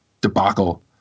debacle